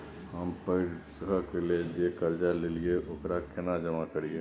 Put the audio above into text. हम पढ़े के लेल जे कर्जा ललिये ओकरा केना जमा करिए?